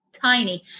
tiny